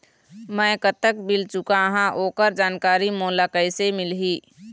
मैं कतक बिल चुकाहां ओकर जानकारी मोला कइसे मिलही?